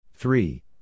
Three